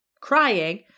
crying